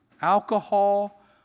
alcohol